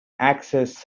access